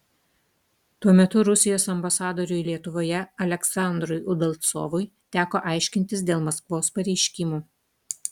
tuo metu rusijos ambasadoriui lietuvoje aleksandrui udalcovui teko aiškintis dėl maskvos pareiškimų